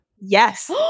Yes